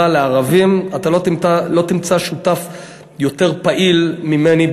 לערבים אתה לא תמצא שותף יותר פעיל ממני,